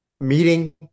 meeting